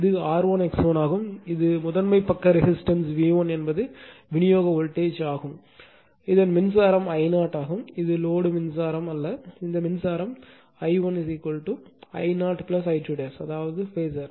இது R1 X1 ஆகும் இது முதன்மை பக்க ரெசிஸ்டன்ஸ் V1 என்பது விநியோக வோல்டேஜ் ஆகும் இதன் மின்சாரம் I0 ஆகும் இது லோடு மின்சாரமல்ல இந்த மின்சார I1 I1 I0 I2 அதாவது பேசர்